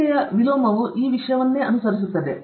ಕಲಿಕೆಯು ವಿಲೋಮವನ್ನು ಈ ವಿಷಯವನ್ನು ಅನುಸರಿಸುತ್ತದೆ